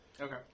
Okay